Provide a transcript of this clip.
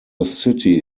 city